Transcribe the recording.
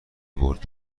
برد